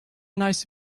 nice